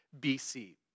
BC